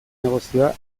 negozioa